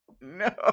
No